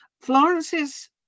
Florence's